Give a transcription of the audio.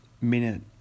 minute